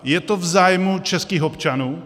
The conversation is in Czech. Je to v zájmu českých občanů?